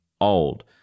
old